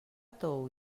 tou